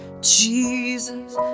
Jesus